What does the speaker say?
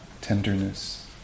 tenderness